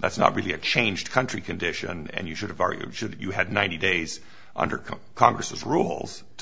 that's not really a change country condition and you should have argued should you had ninety days under come congress rules to